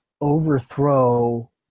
overthrow